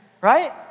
right